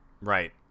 right